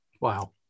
wow